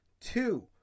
two